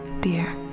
dear